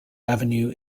avenue